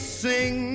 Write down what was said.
sing